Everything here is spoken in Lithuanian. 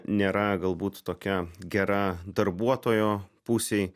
nėra galbūt tokia gera darbuotojo pusei